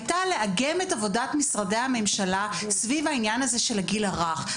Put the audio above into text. הייתה לאגם את עבודת משרדי הממשלה סביב הנושא הזה של הגיל הרך.